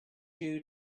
you